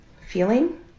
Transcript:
feeling